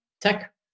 tech